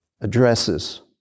addresses